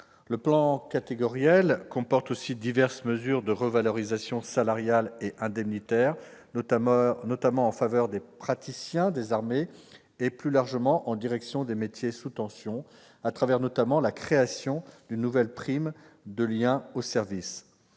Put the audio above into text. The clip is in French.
le plan catégoriel comporte diverses mesures de revalorisation salariale et indemnitaire, notamment en faveur des praticiens des armées et, plus largement, au bénéfice des métiers sous tension, notamment la création d'une nouvelle prime de lien au service.